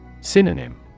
Synonym